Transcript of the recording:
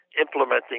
Implementing